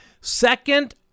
Second